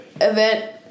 event